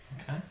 Okay